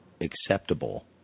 acceptable